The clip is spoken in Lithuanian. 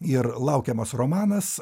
ir laukiamas romanas